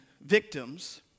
victims